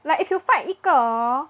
like if you fight 一个 hor